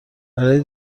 برای